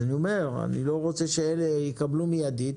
אז אני אומר, אני לא רוצה שאלה יקבלו מידית